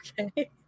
Okay